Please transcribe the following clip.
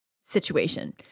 situation